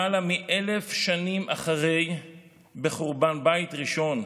למעלה מ-1,000 שנים אחרי כן, בחורבן בית ראשון,